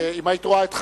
היית רואה את חברייך,